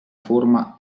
forma